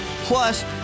Plus